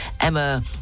Emma